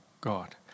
God